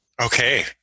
Okay